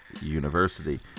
University